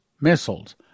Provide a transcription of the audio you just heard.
missiles